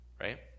Right